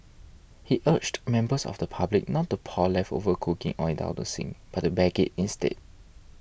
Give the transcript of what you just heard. he urged members of the public not to pour leftover cooking oil down the sink but to bag it instead